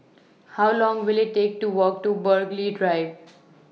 How Long Will IT Take to Walk to Burghley Drive